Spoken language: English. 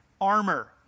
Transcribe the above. armor